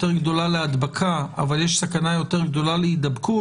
גדולה להדבקה אבל יש סכנה יותר גדולה להידבקות